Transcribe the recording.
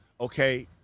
Okay